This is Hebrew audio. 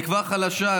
תקווה חלשה,